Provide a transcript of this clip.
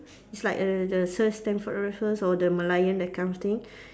it's like err the Sir Stamford Raffles or the Merlion that kind of thing